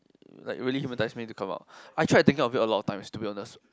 like really hypnotise me until come out I tried thinking of it a lot of times to be honest